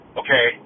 okay